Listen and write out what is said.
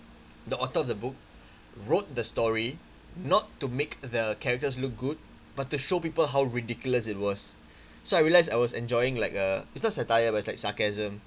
the author of the book wrote the story not to make the characters look good but to show people how ridiculous it was so I realized I was enjoying like uh it's not satire but it's like sarcasm